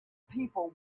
people